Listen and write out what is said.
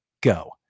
go